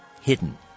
hidden